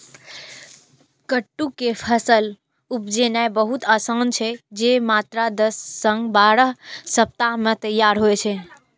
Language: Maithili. कट्टू के फसल उपजेनाय बहुत आसान छै, जे मात्र दस सं बारह सप्ताह मे तैयार होइ छै